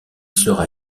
sera